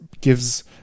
gives